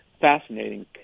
Fascinating